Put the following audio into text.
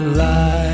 light